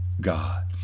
god